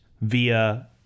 via